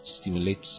stimulates